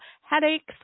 headaches